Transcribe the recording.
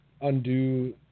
undo